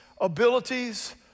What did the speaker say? Abilities